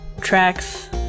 tracks